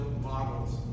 models